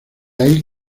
ahí